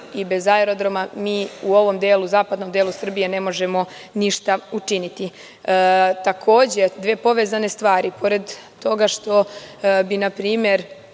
i bez aerodroma, mi u zapadnom delu Srbije ne možemo ništa učiniti. Takođe dve povezane stvari, pored toga što bi npr.